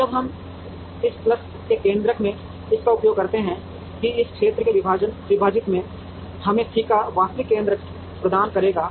अब जब हम इस प्लस के केन्द्रक में इस का उपयोग करते हैं कि इस क्षेत्र के विभाजित में यह हमें C का वास्तविक केन्द्रक प्रदान करेगा